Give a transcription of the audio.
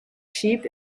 sheep